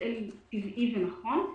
זה טבעי ונכון.